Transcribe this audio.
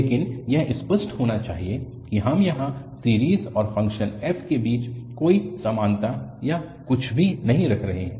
लेकिन यह स्पष्ट होना चाहिए कि हम यहाँ सीरीज और फंक्शन f के बीच कोई समानता या कुछ भी नहीं रख रहे हैं